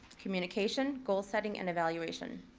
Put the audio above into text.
communication, goal setting, and evaluation.